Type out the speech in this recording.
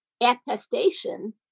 attestation